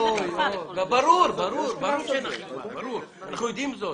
ברור שאין אכיפה, אנחנו יודעים זאת.